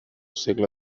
segle